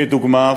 כדוגמה,